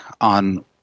on